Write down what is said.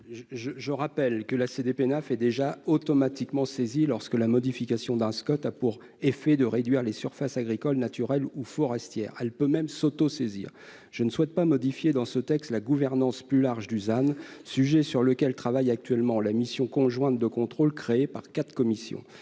économiques ? La CDPENAF est déjà automatiquement saisie lorsque la modification d'un Scot a pour effet de réduire des surfaces agricoles, naturelles ou forestières- elle peut même s'autosaisir. Je ne souhaite pas modifier dans ce texte la gouvernance plus large du ZAN, sujet sur lequel travaille actuellement la mission conjointe de contrôle créée par quatre commissions.